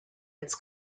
its